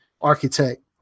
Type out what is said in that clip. architect